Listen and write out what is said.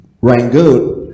Rangoon